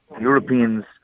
Europeans